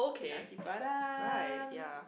Nasi-Padang